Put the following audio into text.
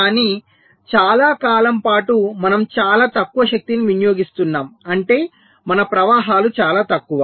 కానీ చాలా కాలం పాటు మనం చాలా తక్కువ శక్తిని వినియోగిస్తున్నాము అంటే మన ప్రవాహాలు చాలా తక్కువ